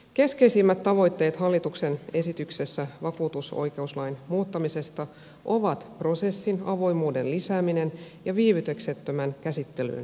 keskeisimmät tavoitteet hallituksen esityksessä vakuutusoikeuslain muuttamisesta ovat prosessin avoimuuden lisääminen ja viivytyksettömän käsittelyn turvaaminen